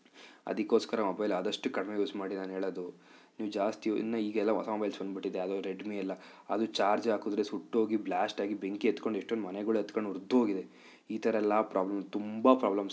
ಅದಕ್ಕೋಸ್ಕರ ಮೊಬೈಲ್ ಆದಷ್ಟು ಕಡಿಮೆ ಯೂಸ್ ಮಾಡಿ ನಾನೇಳೋದು ನೀವು ಜಾಸ್ತಿ ಯೂ ಇನ್ನು ಈಗೆಲ್ಲ ಹೊಸ ಮೊಬೈಲ್ಸ್ ಬಂದುಬಿಟ್ಟಿದೆ ಅದು ರೆಡ್ಮಿ ಎಲ್ಲ ಅದು ಚಾರ್ಜ್ ಹಾಕಿದ್ರೆ ಸುಟ್ಟು ಹೋಗಿ ಬ್ಲಾಸ್ಟ್ ಆಗಿ ಬೆಂಕಿ ಹತ್ಕೊಂಡು ಎಷ್ಟೊಂದು ಮನೆಗಳು ಹತ್ಕೊಂಡು ಉರಿದ್ಹೋಗಿದೆ ಈ ಥರ ಎಲ್ಲ ಪ್ರಾಬ್ಲಮ್ ತುಂಬ ಪ್ರಾಬ್ಲಮ್ಸ್ ಆಗಿದೆ